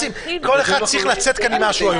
כל אחד צריך לצאת כאן עם משהו היום.